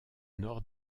nord